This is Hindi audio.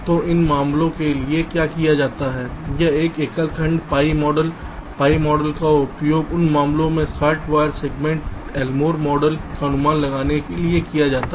तो उन मामलों के लिए क्या किया जाता है यह है कि एकल खंड pi मॉडल pi मॉडल का उपयोग उन मामलों में शॉर्ट वायर सेगमेंट में एलमोर डिले का अनुमान लगाने के लिए किया जाता है